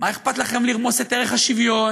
מה אכפת לכם לרמוס את ערך השוויון?